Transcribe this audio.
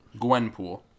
Gwenpool